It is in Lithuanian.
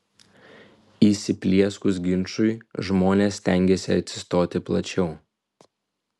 įsiplieskus ginčui žmonės stengiasi atsistoti plačiau